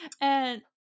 And-